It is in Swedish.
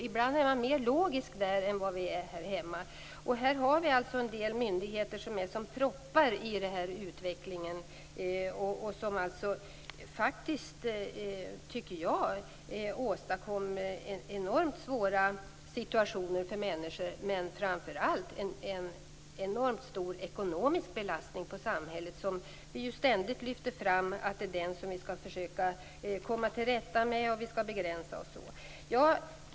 Ibland är man mer logisk där än vad vi är här hemma. Här har vi en del myndigheter som är som proppar i utvecklingen och som faktiskt åstadkommer enormt svåra situationer för människor och framför allt en enormt stor ekonomisk belastning på samhället, något som vi ständigt lyfter fram som det som vi skall försöka komma till rätta med, vi skall begränsa oss osv.